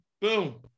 boom